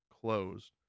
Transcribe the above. closed